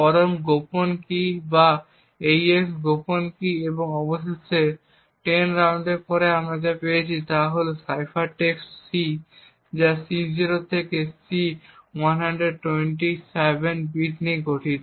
বরং গোপন কী বা AES গোপন কী এবং অবশেষে 10 রাউন্ডের পরে আমরা যা পেয়েছি তা হল সাইফার টেক্সট C যা C0 থেকে C127 বিট নিয়ে গঠিত